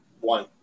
one